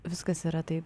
viskas yra taip